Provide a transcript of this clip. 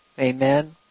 Amen